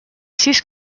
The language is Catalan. sis